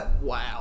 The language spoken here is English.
Wow